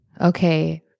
okay